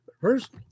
first